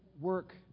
work